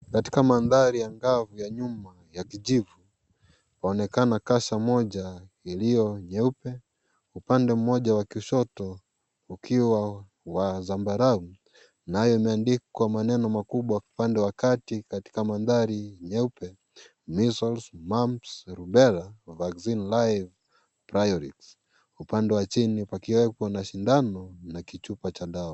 Katika maandhari angavu ya nyuma ya kijivu, waonekana kasha moja iliyo nyeupe. Upande moja wa kushoto kukiwa wa sambarau nayo imeandikwa maneno makubwa upande wa Kati katika maandhari nyeupe " Measles, Mumps ,Rubella vaccine live ". Upande wa chini pakiwemo sindano na kichupa cha dawa.